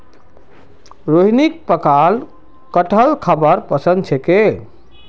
रोहिणीक पकाल कठहल खाबार पसंद छेक